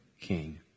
king